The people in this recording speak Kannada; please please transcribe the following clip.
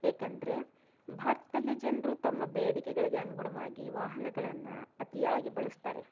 ಏಕೆಂದರೆ ಭಾರತದಲ್ಲಿ ಜನರು ತಮ್ಮ ಬೇಡಿಕೆಗಳಿಗೆ ಅನುಗುಣವಾಗಿ ವಾಹನಗಳನ್ನು ಅತಿಯಾಗಿ ಬಳಸ್ತಾರೆ